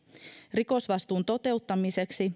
rikosvastuun toteuttamiseksi